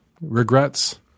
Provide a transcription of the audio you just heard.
regrets